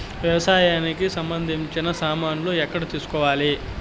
వ్యవసాయానికి సంబంధించిన సామాన్లు ఎక్కడ తీసుకోవాలి?